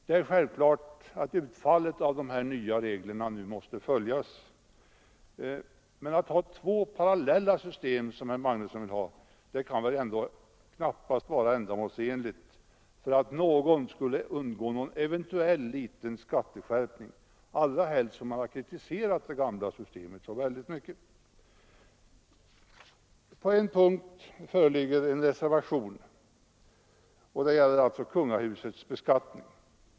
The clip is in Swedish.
Det är självklart att utfallet av dessa nya regler nu måste följas, men att ha två parallella system, som herr Magnusson önskar, för att någon skulle undgå en eventuell liten skatteskärpning kan väl knappast vara ändamålsenligt, allra helst som det gamla systemet ju också starkt har kritiserats. På en punkt föreligger en reservation, nämligen när det gäller kungahusets beskattning.